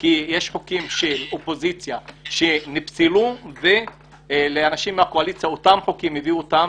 כי יש חוקים של האופוזיציה שנפסלו ואנשים מהקואליציה שהביאו את אותם